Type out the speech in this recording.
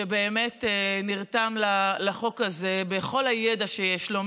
שבאמת נרתם לחוק הזה בכל הידע שיש לו,